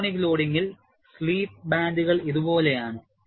monotonic ലോഡിംഗിൽ slip ബാൻഡുകൾ ഇതുപോലെയാണ്